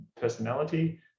personality